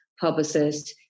publicist